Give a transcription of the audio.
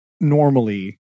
normally